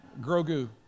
Grogu